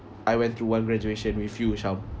I went through one graduation with you sham